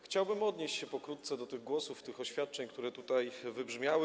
Chciałbym odnieść się pokrótce do tych głosów, tych oświadczeń, które tutaj wybrzmiały.